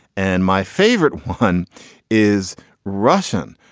and my favorite one is russian.